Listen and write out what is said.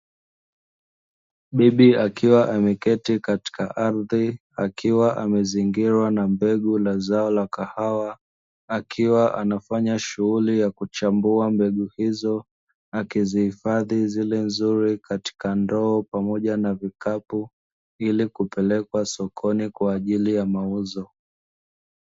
Bibi akiawa ameketi katika ardhi, akiwa amezingirwa na mbegu ya zao la kahawa, akiwa anafanya shughuli ya kuchambua mbegu hizo akizihifadhi zile nzuri katika ndoo pamoja na vikapu, ili kupelekwa sokoni kwajili ya mauzo.